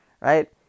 right